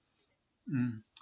mm